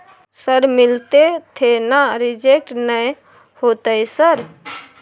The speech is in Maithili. सर मिलते थे ना रिजेक्ट नय होतय सर?